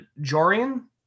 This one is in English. Jorian